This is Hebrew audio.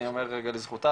אני אומר לזכותה,